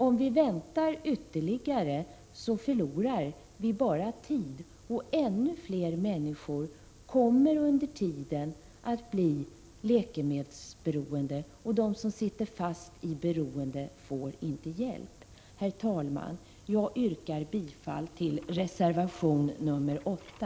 Om man väntar ytterligare förlorar man bara tid, och ännu fler människor kommer under tiden att bli läkemedelsberoende, medan de som sitter fast i detta beroende inte får hjälp. Herr talman! Jag yrkar bifall till reservation 8.